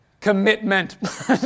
Commitment